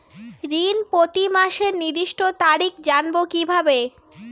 ঋণ প্রতিমাসের নির্দিষ্ট তারিখ জানবো কিভাবে?